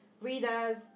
Readers